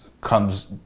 comes